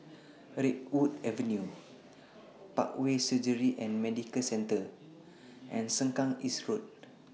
Redwood Avenue Parkway Surgery and Medical Centre and Sengkang East Road